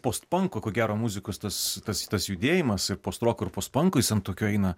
post panko ko gero muzikos tas tas tas judėjimas ir post roko ir post panko jis ant tokio eina